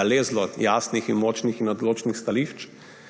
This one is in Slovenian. nalezlo jasnih in močnih in odločnih stališč,